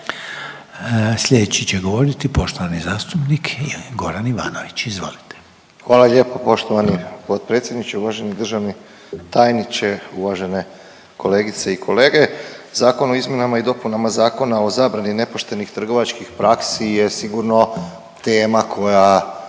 Sljedeći će govoriti poštovani zastupnik Goran Ivanović, izvolite. **Ivanović, Goran (HDZ)** Hvala lijepo poštovani potpredsjedniče, uvaženi državni tajniče, uvažene kolegice i kolege. Zakon o izmjenama i dopunama Zakon o zabrani nepošteni trgovačkih praksi je sigurno tema koja